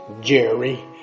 Jerry